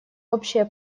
общее